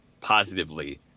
positively